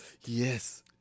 Yes